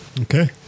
Okay